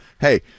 hey